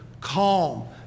calm